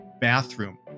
bathroom